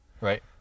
Right